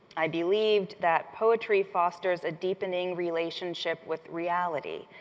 i believed that poetry fosters a deepening relationship with reality,